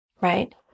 Right